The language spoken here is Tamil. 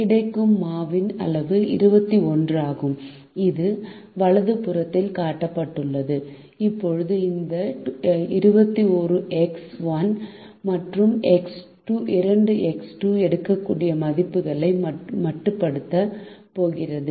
கிடைக்கும் மாவின் அளவு 21 ஆகும் இது வலது புறத்தில் காட்டப்பட்டுள்ளது இப்போது இந்த 21 எக்ஸ் 1 மற்றும் எக்ஸ் 2 எடுக்கக்கூடிய மதிப்புகளை மட்டுப்படுத்தப் போகிறது